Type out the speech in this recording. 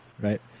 Right